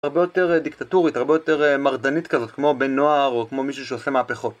הרבה יותר דיקטטורית, הרבה יותר מרדנית כזאת, כמו בנוער או כמו מישהו שעושה מהפכות